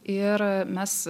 ir mes